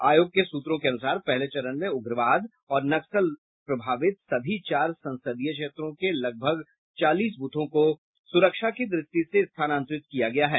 आयोग के सूत्रों के अनुसार पहले चरण में उग्रवाद और नक्सलवाद प्रभावित सभी चार संसदीय क्षेत्रों के लगभग चालीस बूथों को सुरक्षा की दृष्टि से स्थानांतरित किया गया है